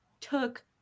took